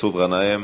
מסעוד גנאים,